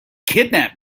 kidnap